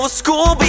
school